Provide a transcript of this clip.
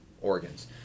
organs